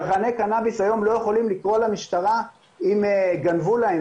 צרכני קנאביס היום לא יכולים לקרוא למשטרה אם גנבו להם,